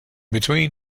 between